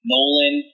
Nolan